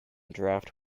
draft